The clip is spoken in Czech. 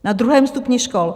Na druhém stupni škol.